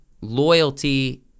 loyalty